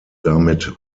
damit